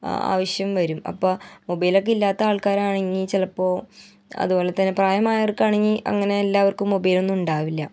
ആവശ്യം വരും അപ്പോൾ മൊബൈൽ ഒക്കെ ഇല്ലാത്ത ആൾക്കാരാണെങ്കിൽ ചിലപ്പോൾ അതുപോലെ തന്നെ പ്രായമായവർക്കാണെങ്കിൽ അങ്ങനെ എല്ലാവർക്കും മൊബൈൽ ഒന്നും ഉണ്ടാവില്ല